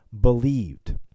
believed